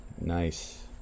Nice